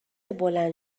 بلند